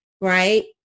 Right